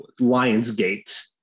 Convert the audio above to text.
Lionsgate